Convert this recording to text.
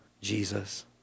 Jesus